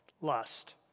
Lust